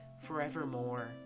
forevermore